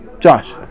Josh